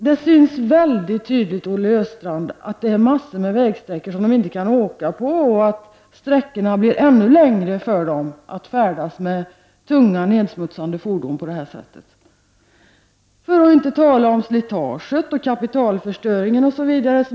Man ser väldigt tydligt, Olle Östrand, att det är massor av vägsträckor som inte är farbara med tunga fordon och att man på det här sättet får färdas ännu längre sträckor med tunga, nedsmutsande fordon — för att inte tala om slitaget, kapitalförstöringen osv.!